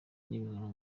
n’ibihano